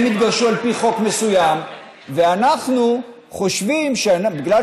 הם התגרשו על פי חוק מסוים ואנחנו חושבים שבגלל